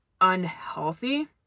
unhealthy